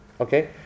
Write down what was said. okay